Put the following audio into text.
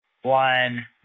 One